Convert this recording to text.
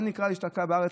זה נקרא להשתקע בארץ?